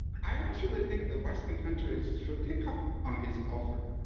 i um actually think the western countries should take up on his offer.